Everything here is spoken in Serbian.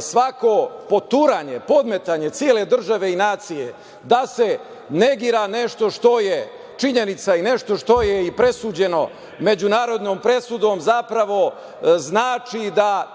svako poturanje, podmetanje cele države i nacije da se negira nešto što je činjenica i nešto što je presuđeno međunarodnom presudom zapravo znači da time